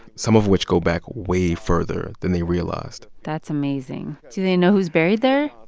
some of which go back way further than they realized that's amazing. do they know who's buried there?